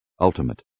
ultimate